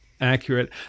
accurate